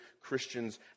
Christians